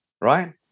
Right